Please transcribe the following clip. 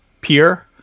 peer